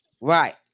Right